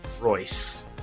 Royce